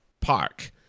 park